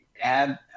add